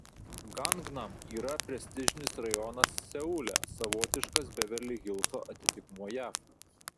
gangnam yra prestižinis rajonas seule savotiškas beverli hilso atitikmuo jav